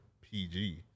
PG